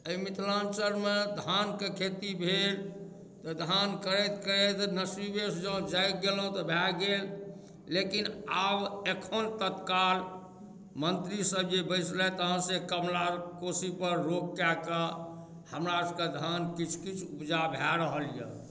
एहि मिथलाञ्चलमे धानके खेती भेल धान करैत करैत नसीबेसँ जागि गेलहुँ तऽ भए गेल लेकिन आब एखन तत्काल मन्त्रीसभ जे बैसलथि हेँ से कमला कोशीपर रोक कए कऽ हमरासभकेँ धान किछु उपजा भए रहल यए